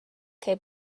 que